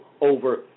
over